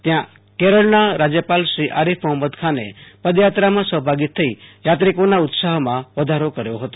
જયાં કરળના રાજયપાલ શ્રી આરીફ મોહમ્મદ ખાને પદયાત્રામાં સહભાગી થઈ યાત્રિકોના ઉત્સવમાં વધારો કર્યો હતો